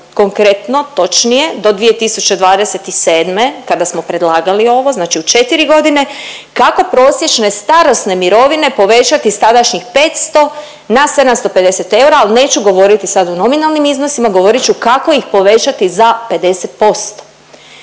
konkretno, točnije do 2027. kada smo predlagali ovo znači u 4 godine kako prosječne starosne mirovine povećati iz tadašnjih 500 na 750 eura, ali neću govoriti sad u nominalnim iznosima govorit ću kako ih povećati za 50%.